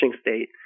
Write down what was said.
state